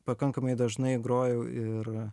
pakankamai dažnai grojau ir